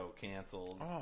canceled